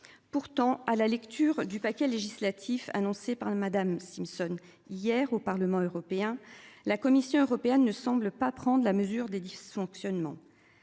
Pourtant, à la lecture du paquet législatif annoncé par le Madame Simpson hier au Parlement européen, la Commission européenne ne semble pas prendre la mesure des dysfonctionnements.